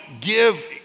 give